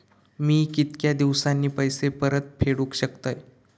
मी कीतक्या दिवसांनी पैसे परत फेडुक शकतय?